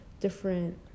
different